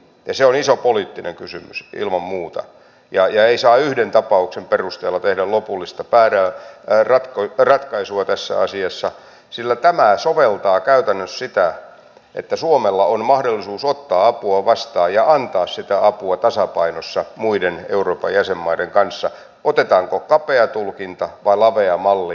se on iso poliittinen kysymys ilman muuta ja ei saa yhden tapauksen perusteella tehdä lopullista ratkaisua tässä asiassa sillä tämä soveltaa käytännössä sitä että suomella on mahdollisuus ottaa apua vastaan ja antaa sitä apua tasapainossa muiden euroopan jäsenmaiden kanssa otetaanko kapea tulkinta vai lavea malli